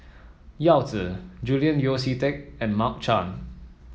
Yao Zi Julian Yeo See Teck and Mark Chan